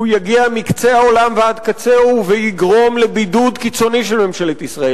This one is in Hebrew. שהוא יהדהד מקצה העולם ועד קצהו ויגרום לבידוד קיצוני של ממשלת ישראל.